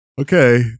Okay